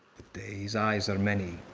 day's eyes are many,